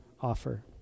offer